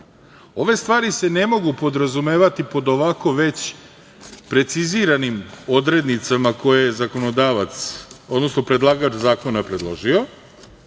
Ove stvari se ne mogu podrazumevati pod ovako već preciziranim odrednicama koje je zakonodavac, odnosno predlagač zakona predložio. Dakle,